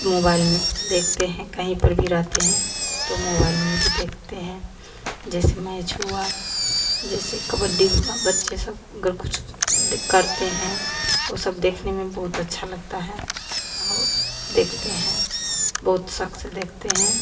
mobile में देखते हैं कहीं पर भी रहते हैं तो मोबाइल में भी देखते हैं जैसे मैच हुआ जैसे कबड्डी हुआ बच्चे सब अगर कुछ द करते हैं तो ओ सब देखने में बहुत अच्छा लगता है और देखते हैं बहुत शौक़ से देखते हैं